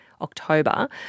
October